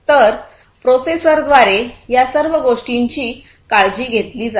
तर प्रोसेसरद्वारे या सर्व गोष्टींची काळजी घेतली जाते